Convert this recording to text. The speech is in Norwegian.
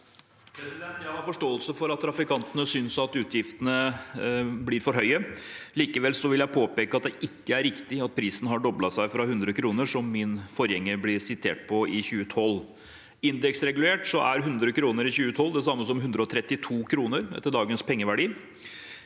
Jeg har forstå- else for at trafikantene synes utgiftene blir for høye. Likevel vil jeg påpeke at det ikke er riktig at prisen har doblet seg fra 100 kr, som min forgjenger ble sitert på i 2012. Indeksregulert er 100 kr i 2012 det samme som 132 kr etter dagens pengeverdi.